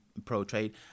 pro-trade